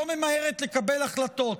לא ממהרת לקבל החלטות,